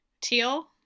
Teal